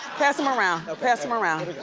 pass em around, pass em around.